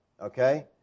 Okay